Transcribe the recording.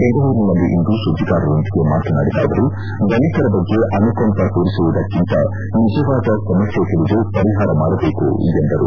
ಬೆಂಗಳೂರಿನಲ್ಲಿಂದು ಸುದ್ದಿಗಾರರೊಂದಿಗೆ ಮಾತನಾಡಿದ ಅವರು ದಲಿತರ ಬಗ್ಗೆ ಅನುಕಂಪ ತೋರಿಸುವುದಕ್ಕಿಂತ ನಿಜವಾದ ಸಮಸ್ತೆ ತಿಳಿದು ಪರಿಹಾರ ಮಾಡಬೇಕು ಎಂದರು